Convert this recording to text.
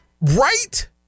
right